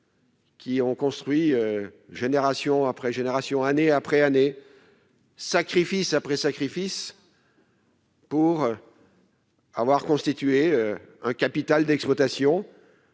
qui ont constitué, génération après génération, année après année, sacrifice après sacrifice, un capital d'exploitation,